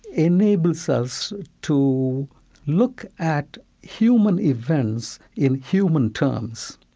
enables us to look at human events in human terms.